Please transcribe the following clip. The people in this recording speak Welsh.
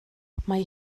mae